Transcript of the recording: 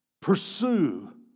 pursue